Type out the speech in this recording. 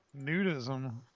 Nudism